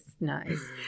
nice